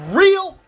real